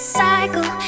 cycle